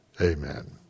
Amen